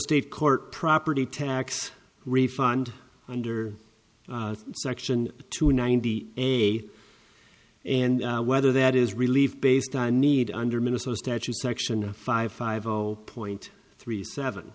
state court property tax refund under section two ninety eight and whether that is relieve based on need under minnesota statute section five five all point three seven